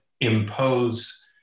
impose